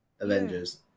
Avengers